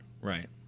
right